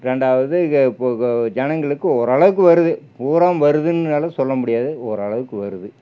ரெண்டாவது க போ கோ ஜனங்களுக்கு ஓரளவுக்கு வருது பூராக வருதுன்னாலும் சொல்ல முடியாது ஓரளவுக்கு வருது